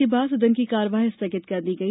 उसके बाद सदन की कार्यवाही स्थगित कर दी गई